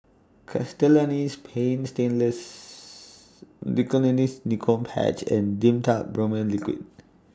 Castellani's Paint Stainless Nicotinell Nicotine Patch and Dimetapp Brompheniramine Liquid